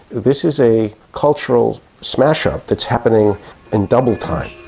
this is a cultural smash-up that's happening in double-time.